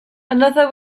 another